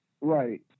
Right